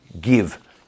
give